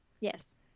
Yes